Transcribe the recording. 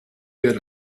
get